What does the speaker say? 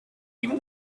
even